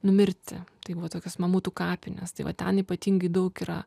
numirti tai buvo tokios mamutų kapinės tai va ten ypatingai daug yra